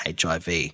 HIV